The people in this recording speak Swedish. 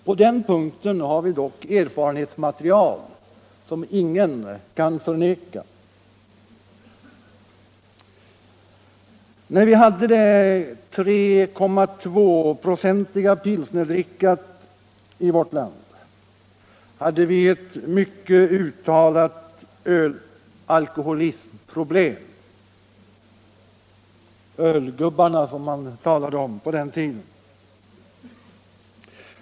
På denna punkt har vi dock ett erfarenhetsmaterial som ingen kan bestrida. När vi hade det 3,2-procentiga pilsnerdrickat hade vi ett mycket uttalat ölalkoholistproblem — ölgubbarna som man sade på den tiden.